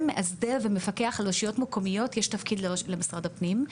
מאסדר ומפקח על רשויות מקומיות יש תפקיד למשרד הפנים.